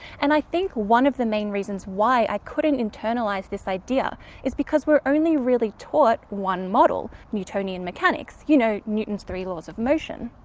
and i think one of the main reasons why i couldn't internalize this idea is because we're only really taught one model, newtonian mechanics you know, newton's three laws of motion.